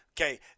Okay